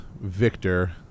Victor